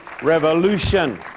Revolution